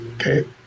okay